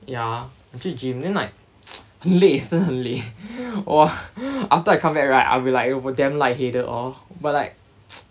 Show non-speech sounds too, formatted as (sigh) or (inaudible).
ya 有去 gym then like (noise) 很累真的很累 !wah! after I come back right I will be like damn light headed all but like (noise)